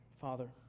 Father